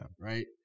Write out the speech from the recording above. right